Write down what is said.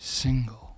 single